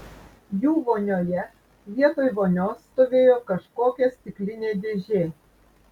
jų vonioje vietoj vonios stovėjo kažkokia stiklinė dėžė